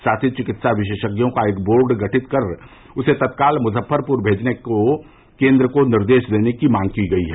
साथ ही चिकित्सा विशेषज्ञों का एक बोर्ड ंगठित कर उसे तत्काल मुजफ्फरपुर भेजने की केन्द्र को निर्देश देने की भी मांग की गई है